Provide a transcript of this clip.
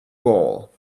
gall